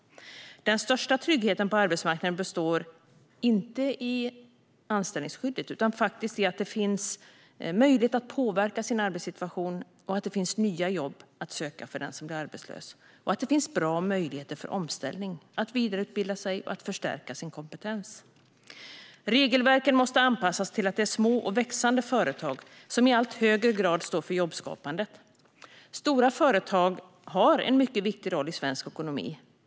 Den största tryggheten på arbetsmarknaden består inte i anställningsskyddet, utan i att det finns möjlighet att påverka sin arbetssituation, att det finns nya jobb att söka för den som blir arbetslös och att det finns bra möjligheter till omställning, vidareutbildning och kompetensförstärkning. Regelverken måste anpassas till att det är små och växande företag som i allt högre grad står för jobbskapandet. Stora företag har en mycket viktig roll i svensk ekonomi.